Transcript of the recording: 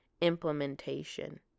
implementation